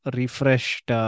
refreshed